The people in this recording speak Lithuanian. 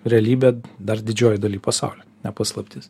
realybė dar didžiojoj daly pasaulio ne paslaptis